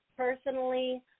Personally